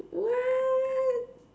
what